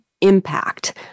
impact